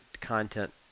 content